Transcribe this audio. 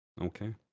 Okay